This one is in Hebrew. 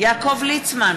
יעקב ליצמן,